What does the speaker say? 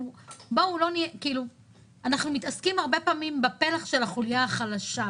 אנחנו מתעסקים הרבה פעמים בפלח של החוליה החלשה,